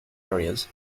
areas